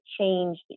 change